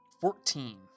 Fourteen